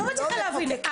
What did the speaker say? אני לא מצליחה להבין,